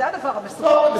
זה הדבר המסוכן.